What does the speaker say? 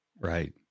Right